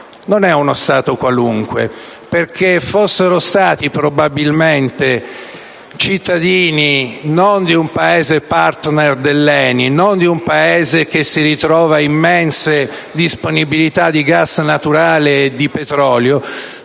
Non è uno Stato qualunque, perché fossero stati probabilmente cittadini non di un Paese *partner* dell'ENI, non di un Paese che si ritrova immense disponibilità di gas naturale e di petrolio,